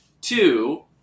Two